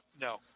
No